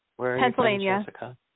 Pennsylvania